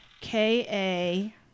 K-A